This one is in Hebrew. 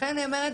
לכן אני אומרת,